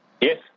Yes